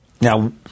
Now